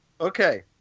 Okay